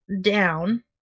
down